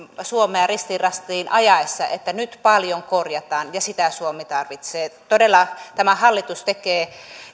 suomea ristiin rastiin ajaessa että nyt paljon korjataan ja sitä suomi tarvitsee todella tämä hallitus tekee